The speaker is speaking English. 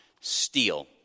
steal